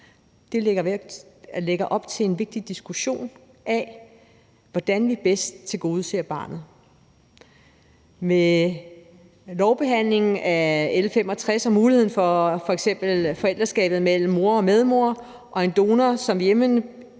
Det lægger op til en vigtig diskussion om, hvordan vi bedst tilgodeser barnet. Med lovbehandlingen af L 65 om muligheden for f.eks. forældreskab mellem en mor og en medmor og en donor ved